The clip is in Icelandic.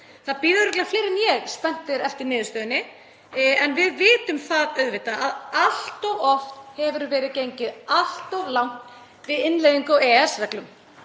Það bíða örugglega fleiri en ég spenntir eftir niðurstöðunni en við vitum það auðvitað að allt of oft hefur verið gengið allt of langt við innleiðingu á EES-reglum.